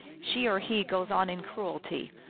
she or he goes on in cruelty,